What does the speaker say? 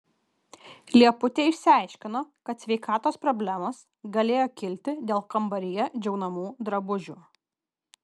lieputė išsiaiškino kad sveikatos problemos galėjo kilti dėl kambaryje džiaunamų drabužių